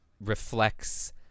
reflects